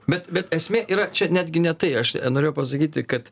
bet bet esmė yra čia netgi ne tai aš norėjau pasakyti kad